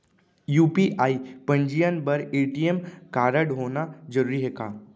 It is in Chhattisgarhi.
यू.पी.आई पंजीयन बर ए.टी.एम कारडहोना जरूरी हे का?